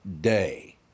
day